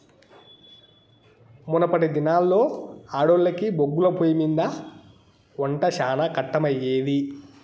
మునపటి దినాల్లో ఆడోల్లకి బొగ్గుల పొయ్యిమింద ఒంట శానా కట్టమయ్యేది